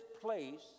place